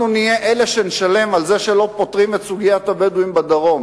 אנחנו נשלם על זה שלא פותרים את סוגיית הבדואים בדרום.